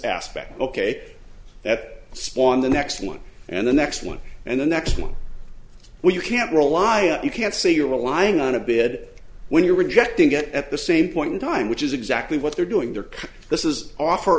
aspect ok that spawn the next one and the next one and the next one where you can't rely on you can't say you're lying on a bed when you're rejecting it at the same point in time which is exactly what they're doing they're cut this is offer